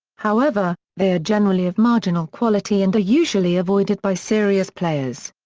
however, they are generally of marginal quality and are usually avoided by serious players.